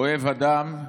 אוהב אדם,